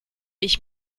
ich